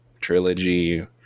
trilogy